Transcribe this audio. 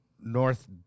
North